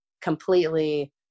completely